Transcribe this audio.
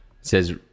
says